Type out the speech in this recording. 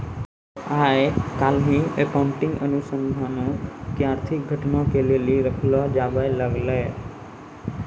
आइ काल्हि अकाउंटिंग अनुसन्धानो के आर्थिक घटना के लेली रखलो जाबै लागलै